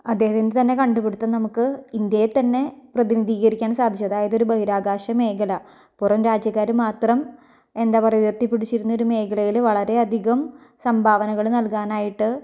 അദ്ദേഹത്തിൻ്റെ തന്നെ കണ്ടുപിടുത്തം നമുക്ക് ഇന്ത്യയെ തന്നെ പ്രതിനിധീകരിക്കാൻ സാധിച്ചത് അതായത് ഒരു ബഹിരാകാശ മേഖല പുറം രാജ്യക്കാര് മാത്രം എന്താ പറയുക എത്തി പിടിച്ചിരുന്നിരുന്നൊരു മേഖലയില് വളരെ അധികം സംഭാവനകള് നൽകാനായിട്ട്